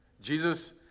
Jesus